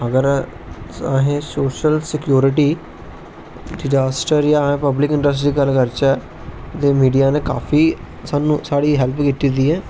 अगर असें social security disaster जां पव्लिक दी गल्ल करचै ते मिडिया ने काफी स्हानू साढ़ी हैल्प कीती ऐ